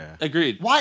Agreed